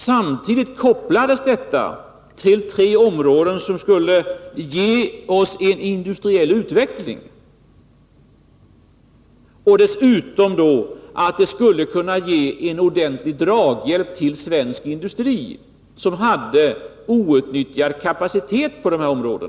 Samtidigt kopplades detta till tre områden som skulle ge oss en industriell utveckling. Dessutom skulle det kunna ge en ordentlig draghjälp till svensk industri, som hade outnyttjad kapacitet på dessa områden.